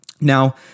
Now